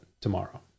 tomorrow